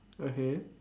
okay